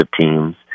teams